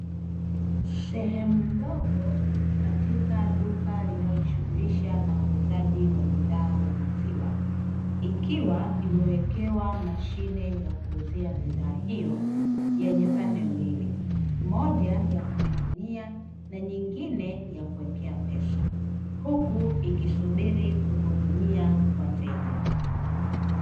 Sehemu ndogo katika duka linalojishughulisha na uuzaji wa bidhaa ya maziwa, ikiwa imewekewa mashine ya kuuzia bidhaa hiyo yenye pande mbili, moja ya kumiminia, na nyingine ya kuwekea pesa, huku ikisubiri kuhudumia wateja.